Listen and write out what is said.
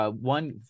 one